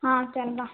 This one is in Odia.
ହଁ ଚଳିବ